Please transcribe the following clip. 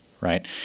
right